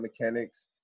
mechanics